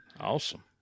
Awesome